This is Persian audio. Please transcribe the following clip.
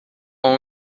اون